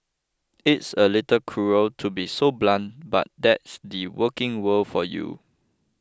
it's a little cruel to be so blunt but that's the working world for you